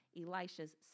Elisha's